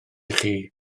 chi